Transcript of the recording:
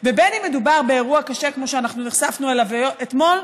ובין שמדובר באירוע קשה כמו שנחשפנו אליו אתמול,